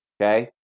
Okay